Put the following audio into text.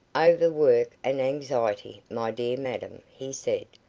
over-work and anxiety, my dear madam, he said.